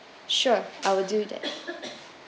sure I will do that